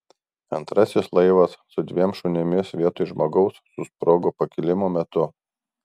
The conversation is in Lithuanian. antrasis laivas su dviem šunimis vietoj žmogaus susprogo pakilimo metu